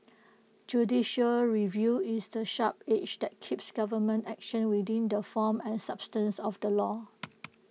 judicial review is the sharp edge that keeps government action within the form and substance of the law